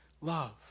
love